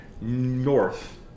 north